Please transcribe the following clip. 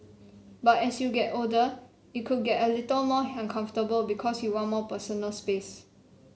but as you get older it could get a little more uncomfortable because you'd want more personal space